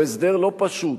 הוא הסדר לא פשוט.